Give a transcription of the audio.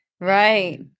Right